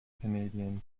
canadian